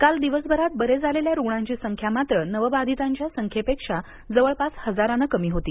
काल दिवसभरात बरे झालेल्या रुग्णांची संख्या मात्र नव बाधितांच्या संख्येपेक्षा जवळपास हजारानं कमी होती